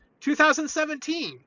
2017